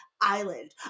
Island